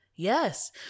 Yes